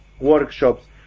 workshops